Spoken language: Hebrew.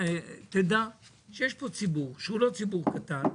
תדע שיש פה ציבור שהוא לא ציבור קטן,